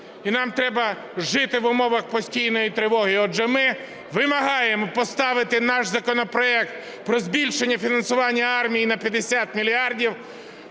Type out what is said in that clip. і нам треба жити в умовах постійної тривоги. Отже, ми вимагаємо поставити наш законопроект про збільшення фінансування армії на 50 мільярдів,